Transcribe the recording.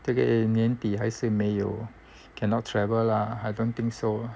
这个年底还是没有 cannot travel lah I don't think so